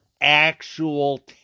actual